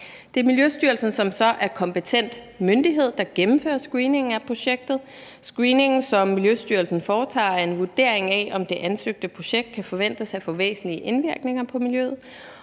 Det er Miljøstyrelsen, som så er den kompetente myndighed, der gennemfører screeningen af projektet. Screeningen, som Miljøstyrelsen foretager, er en vurdering af, om det ansøgte projekt kan forventes at få væsentlige indvirkninger på miljøet,